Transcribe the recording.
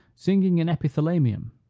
singing an epithalamium,